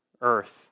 earth